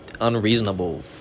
unreasonable